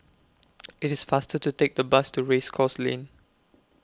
IT IS faster to Take The Bus to Race Course Lane